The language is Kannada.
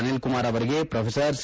ಅನಿಲ್ಕುಮಾರ್ ಅವರಿಗೆ ಮ್ರೊಫೆಸರ್ ಸಿ